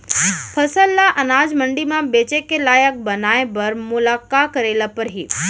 फसल ल अनाज मंडी म बेचे के लायक बनाय बर मोला का करे ल परही?